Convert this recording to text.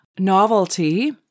novelty